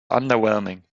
underwhelming